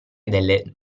delle